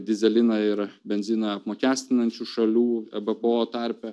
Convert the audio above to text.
dyzeliną ir benziną apmokestinančių šalių arba buvo tarpe